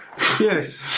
Yes